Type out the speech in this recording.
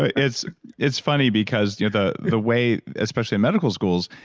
ah it's it's funny because you know the the way, especially in medical schools,